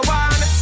one